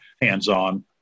hands-on